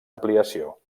ampliació